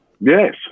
Yes